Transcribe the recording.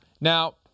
Now